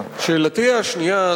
שאלתי השנייה,